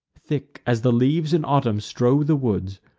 thick as the leaves in autumn strow the woods,